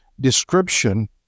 description